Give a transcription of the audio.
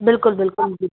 बिल्कुलु बिल्कुलु जी